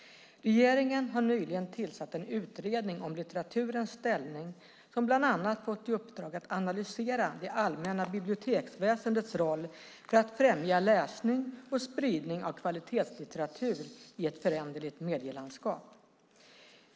Regeringen har nyligen tillsatt en utredning om litteraturens ställning som bland annat har fått i uppdrag att analysera det allmänna biblioteksväsendets roll för att främja läsning och spridning av kvalitetslitteratur i ett föränderligt medielandskap.